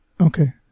Okay